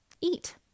eat